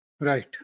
Right